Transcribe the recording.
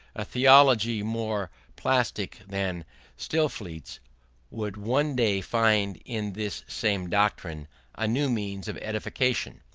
a theology more plastic than stillingfleet's would one day find in this same doctrine a new means of edification.